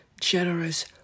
generous